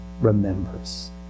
remembers